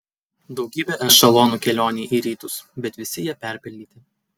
daugybė ešelonų kelionei į rytus bet visi jie perpildyti